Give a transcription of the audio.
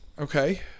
Okay